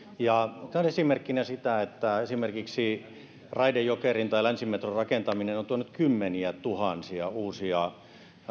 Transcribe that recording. otan esimerkkinä sen että esimerkiksi raide jokerin ja länsimetron rakentaminen on tuonut kymmeniätuhansia uusia